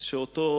שאותו